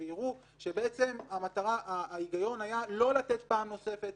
ויראו שההיגיון היה לא לתת פעם נוספת,